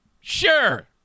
Sure